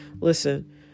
Listen